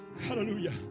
Hallelujah